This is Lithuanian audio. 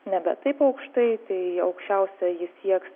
nebe taip aukštai tai aukščiausia ji sieks